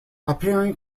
appearing